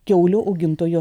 kiaulių augintojų